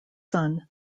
son